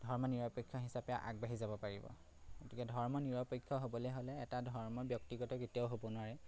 ধৰ্ম নিৰপেক্ষ হিচাপে আগবাঢ়ি যাব পাৰিব গতিকে ধৰ্ম নিৰপেক্ষ হ'বলে হ'লে এটা ধৰ্মৰ ব্যক্তিগত কেতিয়াও হ'ব নোৱাৰে